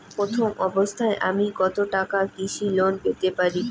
প্রথম অবস্থায় আমি কত টাকা কৃষি লোন পেতে পারি?